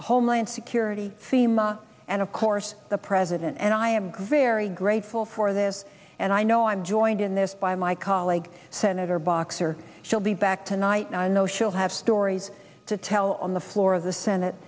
homeland security fema and of course the president and i am very grateful for this and i know i'm joined in this by my colleague senator boxer she'll be back tonight and i know she'll have stories to tell on the floor of the senate